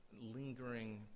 lingering